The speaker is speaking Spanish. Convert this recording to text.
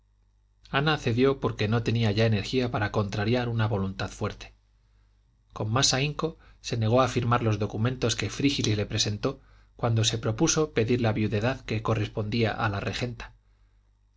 ana cedió porque no tenía ya energía para contrariar una voluntad fuerte con más ahínco se negó a firmar los documentos que frígilis le presentó cuando se propuso pedir la viudedad que correspondía a la regenta